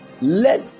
let